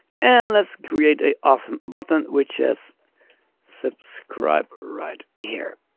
and let's create a awesome button which is subscribe right here.